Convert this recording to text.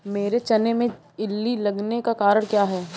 मेरे चने में इल्ली लगने का कारण क्या है?